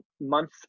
month